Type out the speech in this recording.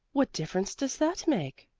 what difference does that make?